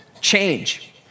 Change